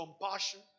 compassion